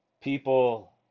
people